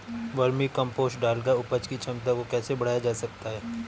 Vermi compost डालकर उपज की क्षमता को कैसे बढ़ाया जा सकता है?